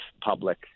public